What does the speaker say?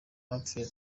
yabwiye